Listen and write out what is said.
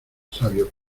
sabio